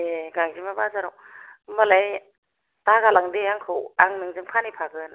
ए गांजेमा बाजाराव होमबालाय दागालांदे आंखौ आं नोंजों फानहैफागोन